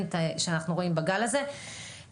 גם מאבק ציבורי מאוד גדול,